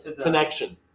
connection